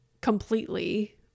completely